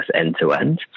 end-to-end